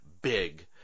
big